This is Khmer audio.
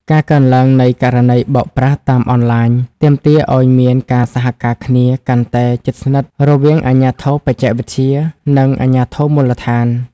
ការកើនឡើងនៃករណីបោកប្រាស់តាមអនឡាញ ទាមទារឱ្យមានការសហការគ្នាកាន់តែជិតស្និទ្ធរវាង "អាជ្ញាធរបច្ចេកវិទ្យា" និង "អាជ្ញាធរមូលដ្ឋាន"។